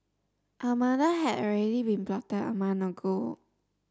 a murder had already been plotted a month ago